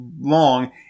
long